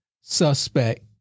suspect